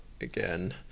again